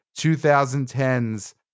2010's